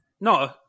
no